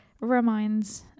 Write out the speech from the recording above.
reminds